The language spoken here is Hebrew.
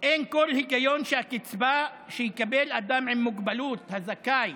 אין כל היגיון שאדם עם מוגבלות, הזכאי